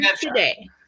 today